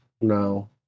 no